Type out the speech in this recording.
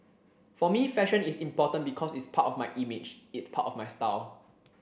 for me fashion is important because it's part of my image it's part of my style